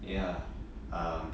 ya um